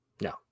No